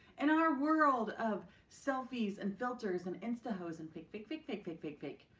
in our world of selfies and filters and insta-hoes and fake fake fake fake fake fake fake.